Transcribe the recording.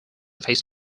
face